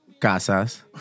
Casas